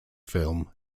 film